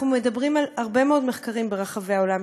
אנחנו מדברים על הרבה מאוד מחקרים ברחבי העולם,